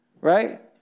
Right